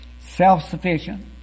self-sufficient